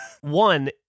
One